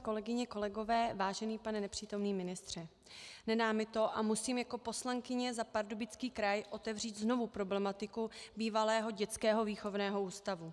Kolegyně, kolegové, vážený pane nepřítomný ministře, nedá mi to a musím jako poslankyně za Pardubický kraj otevřít znovu problematiku bývalého dětského výchovného ústavu.